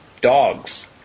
dogs